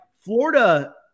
Florida